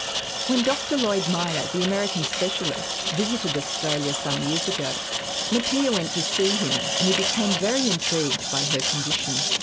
when dr lloyd minor the american specialist visited australia some years ago mattea went to see him and he became very intrigued by her condition.